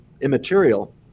immaterial